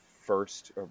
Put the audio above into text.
first